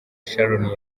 sharon